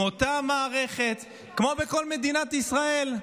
עם אותה מערכת כמו בכל מדינת ישראל.